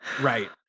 Right